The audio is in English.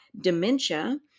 dementia